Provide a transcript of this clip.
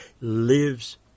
lives